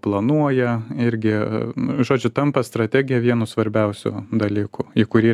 planuoja irgi žodžiu tampa strategija vienu svarbiausių dalykų į kurį